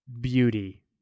beauty